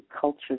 culture